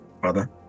Brother